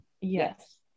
yes